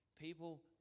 people